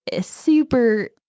super